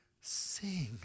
sing